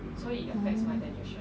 oh